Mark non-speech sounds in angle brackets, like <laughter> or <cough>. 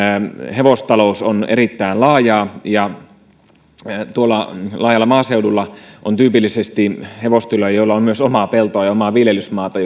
hevostalous on erittäin laajaa tuolla laajalla maaseudulla on tyypillisesti hevostiloja joilla on myös omaa peltoa ja omaa viljelysmaata <unintelligible>